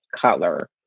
color